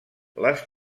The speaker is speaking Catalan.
les